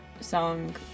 song